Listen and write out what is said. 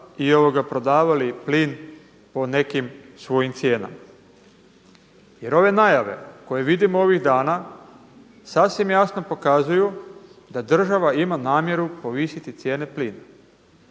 i prodavali plin po nekim svojim cijenama. Jer ove najave koje vidimo ovih dana sasvim jasno pokazuju da država ima namjeru povisiti cijene plina.